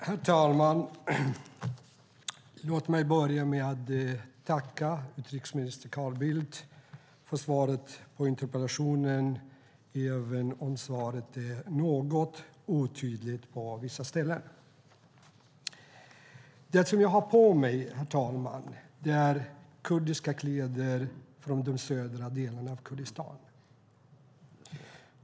Herr talman! Låt mig börja med att tacka utrikesminister Carl Bildt för svaret på interpellationen, även om det var något otydligt på vissa ställen. Det som jag har på mig, herr talman, är kurdiska kläder från den södra delen av Kurdistan.